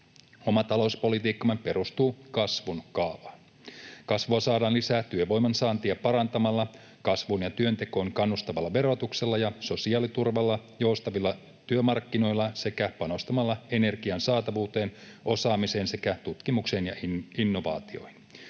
Oma talouspolitiikkamme perustuu kasvun kaavaan. Kasvua saadaan lisää työvoiman saantia parantamalla, kasvuun ja työntekoon kannustavalla verotuksella ja sosiaaliturvalla, joustavilla työmarkkinoilla sekä panostamalla energian saatavuuteen, osaamiseen sekä tutkimukseen ja innovaatioihin.